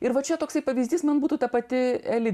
ir va čia toksai pavyzdys man būtų ta pati eli